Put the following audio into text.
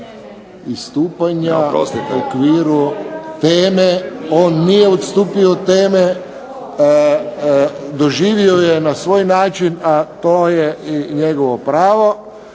istupanja, u okviru teme. On nije odstupio od teme. Doživio ju je na svoj način, a to je njegovo pravo,